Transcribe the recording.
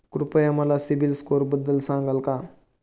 कृपया मला सीबील स्कोअरबद्दल सांगाल का?